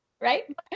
Right